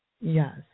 yes